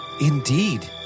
Indeed